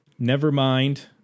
Nevermind